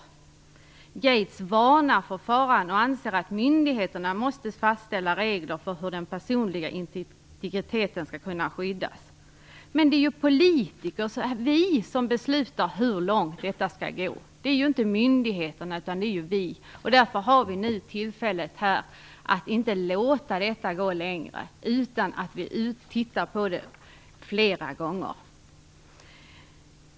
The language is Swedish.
Bill Gates varnar för faran och anser att myndigheterna måste fastställa regler för hur den personliga integriteten kan skyddas. Det är dock vi politiker, inte myndigheterna, som beslutar hur långt detta skall gå. Därför har vi nu tillfälle att se till att detta inte får gå längre utan att man flera gånger tittat på det.